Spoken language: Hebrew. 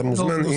אתה מוזמן.